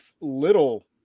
little